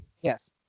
Yes